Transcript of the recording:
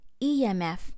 EMF